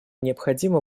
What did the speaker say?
необходимо